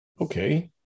Okay